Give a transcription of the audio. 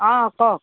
অঁ কওক